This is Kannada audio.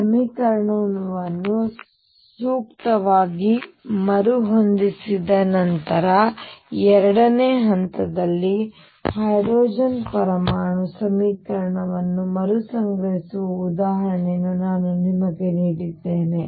ಸಮೀಕರಣವನ್ನು ಸೂಕ್ತವಾಗಿ ಮರುಹೊಂದಿಸಿದ ನಂತರ 2ನೇ ಹಂತದಲ್ಲಿ ಹೈಡ್ರೋಜನ್ ಪರಮಾಣು ಸಮೀಕರಣವನ್ನು ಮರುಸಂಗ್ರಹಿಸುವ ಉದಾಹರಣೆಯನ್ನು ನಾನು ನಿಮಗೆ ನೀಡಿದ್ದೇನೆ